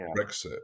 Brexit